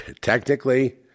Technically